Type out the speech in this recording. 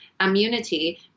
immunity